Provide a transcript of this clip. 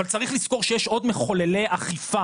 אבל צריך לזכור שיש עוד מחוללי אכיפה